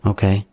Okay